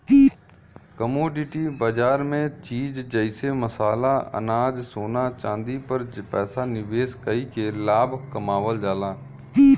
commodity बाजार में चीज जइसे मसाला अनाज सोना चांदी पर पैसा निवेश कइके लाभ कमावल जाला